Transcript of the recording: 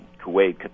Kuwait